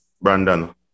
Brandon